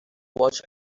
watch